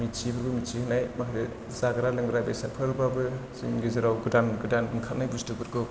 मिथियैखौ मिथिहोनाय जाग्रा लोंग्रा बेसादफोरबाबो जोंनि गेजेराव गोदान गोदान ओंखारनाय बुस्थुफोरखौ